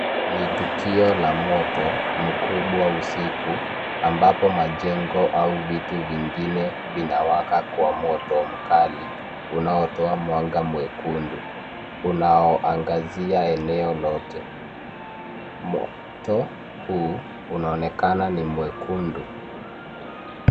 Ni tukio la moto mkubwa usiku ambapo majengo au vitu vingine vinawaka kwa moto mkali unaotoa mwanga mwekundu unaoangazia eneo lote. Moto huu unaonekana ni mwekundu.